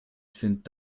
sind